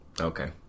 Okay